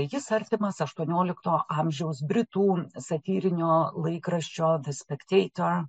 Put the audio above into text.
jis artimas aštuoniolikto amžiaus britų satyrinio laikraščio spekteitor